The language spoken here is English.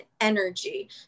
energy